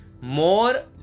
more